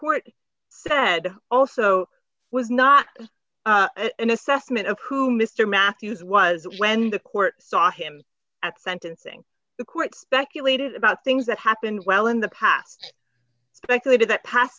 court said also was not an assessment of who mr matthews was when the court saw him at sentencing the court speculated about things that happened well in the past speculated that pas